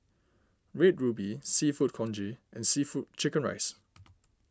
Red Ruby Seafood Congee and Seafood Chicken Rice